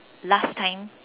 last time